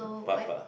but but